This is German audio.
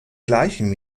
gleichen